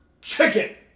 chicken